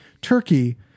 turkey